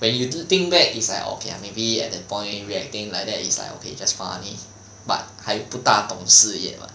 when you do think back it's like okay lah maybe at that point reacting like that it's like okay just funny but 还不大懂事业